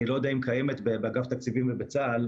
אני לא יודע אם קיימים באגף תקציבים ובצה"ל,